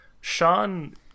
Sean